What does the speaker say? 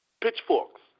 pitchforks